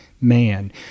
man